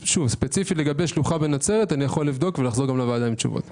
ספציפית לגבי זה אבדוק ואחזור עם תשובה לוועדה.